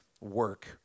work